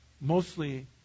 mostly